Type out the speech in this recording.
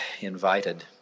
invited